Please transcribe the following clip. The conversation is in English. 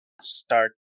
start